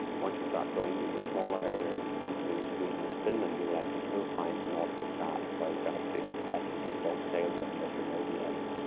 once you start going in the smaller areas between sweden and finland, you will actually still find nautical charts, where you got a big patch that says don't sail here unless you know the area.